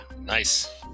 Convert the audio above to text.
Nice